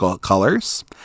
colors